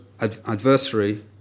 adversary